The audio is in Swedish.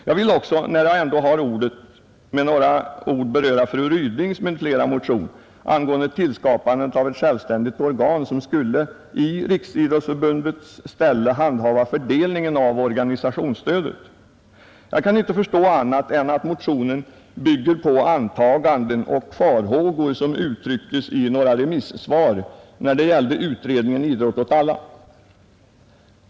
Jag vill också, när jag ändå har ordet, beröra motionen av fru Ryding m.fl. angående tillskapandet av ett självständigt organ som i Riksidrottsförbundets ställe skulle handha fördelningen av organisationsstödet. Jag kan inte förstå annat än att motionen bygger på antaganden och farhågor som uttrycktes i några remissvar när det gällde utredningen Idrott åt alla.